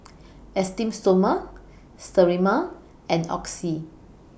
Esteem Stoma Sterimar and Oxy